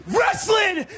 Wrestling